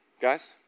guys